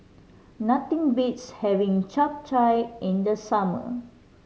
nothing beats having Chap Chai in the summer